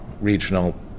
Regional